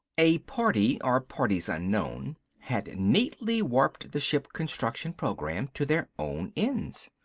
a party or parties unknown had neatly warped the ship construction program to their own ends.